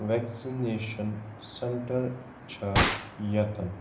vaccination centre چھا ییٚتن